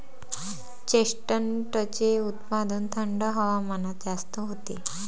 चेस्टनटचे उत्पादन थंड हवामानात जास्त होते